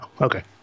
okay